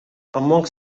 among